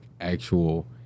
actual